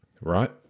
right